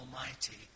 almighty